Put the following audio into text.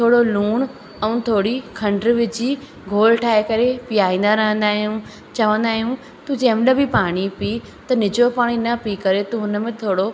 थोरो लूणु ऐं थोरी खंडु विझी घोलु ठाहे करे पीआरींदा रहंदा आहियूं चवंदा आहियूं तूं जंहिंमहिल बि पाणी पीउ त निजो पाणी न पी करे तूं हुन में थोरो